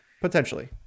Potentially